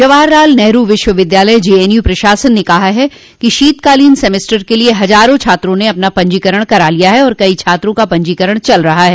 जवाहरलाल नेहरू विश्वविद्यालय जेएनयू प्रशासन ने कहा है कि शीतकालीन सेमेस्टर के लिए हजारों छात्रों ने अपना पंजीकरण करा लिया है और कई छात्रा का पंजीकरण चल रहा है